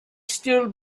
still